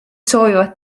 soovivad